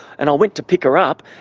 and i went to pick her up,